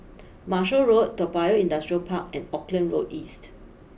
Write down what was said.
Marshall Road Toa Payoh Industrial Park and Auckland Road East